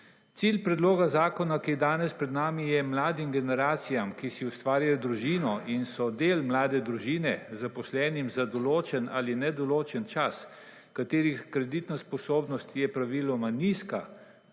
Cilj predloga zakona, ki je danes pred nami je mladim generacijam, ki si ustvarjajo družino in so del mlade družine zaposlenim za določen ali nedoločen čas, katerih kreditna sposobnost je praviloma nizka